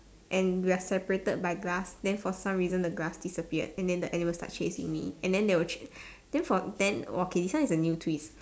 and we are separated by glass then for some reason the glass disappeared and then the animal start chasing me and the they were cha~ then from then okay this one is a new twist